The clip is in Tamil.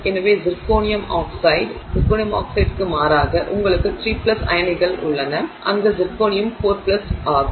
எனவே ZrO2 க்கு மாறாக உங்களுக்கு 3 அயனிகள் உள்ளன அங்கு சிர்கோனியம் 4 ஆகும்